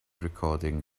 recording